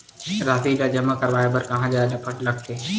राशि ला जमा करवाय बर कहां जाए ला लगथे